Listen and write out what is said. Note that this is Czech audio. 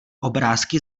obrázky